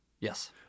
Yes